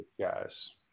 guys